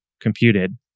computed